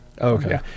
okay